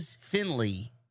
Finley